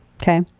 Okay